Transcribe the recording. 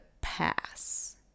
pass